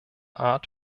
art